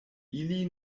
ili